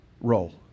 role